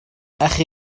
أخي